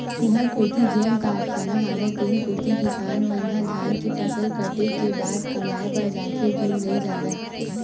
तुँहर कोती जेन कारखाना हवय तेन कोती किसान मन ह धान के फसल कटे के बाद कमाए बर जाथे धुन नइ जावय?